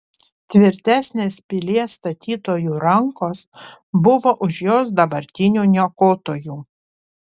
tvirtesnės pilies statytojų rankos buvo už jos dabartinių niokotojų